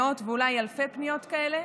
מאות ואולי אלפי פניות כאלה,